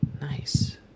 Nice